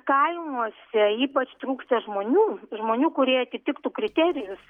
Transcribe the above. kaimuose ypač trūksta žmonių žmonių kurie atitiktų kriterijus